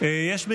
41